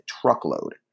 truckload